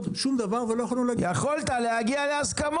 שום דבר ולא יכולנו ל --- יכולת להגיע להסכמות,